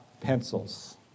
pencils